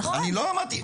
נו זה מה שאני אמרתי.